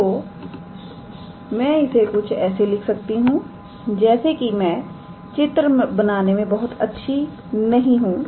तो मैं इसे कुछ ऐसे लिख सकती हूं जैसे कि मैं चित्र बनाने में बहुत अच्छी नहीं हूं